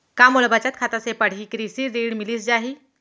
का मोला बचत खाता से पड़ही कृषि ऋण मिलिस जाही?